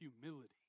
humility